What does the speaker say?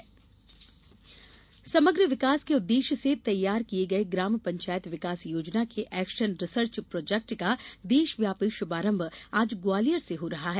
पंचायत योजना समग्र विकास के उद्वेश्य से तैयार किये गये ग्राम पंचायत विकास योजना के एक्शन रिसर्च प्रोजेक्ट का देशव्यापी शुभारंभ आज ग्वालियर से हो रहा है